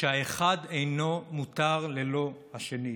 שהאחד אינו מותר ללא השני,